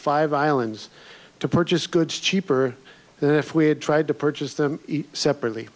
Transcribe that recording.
five violins to purchase goods cheaper than if we had tried to purchase them separately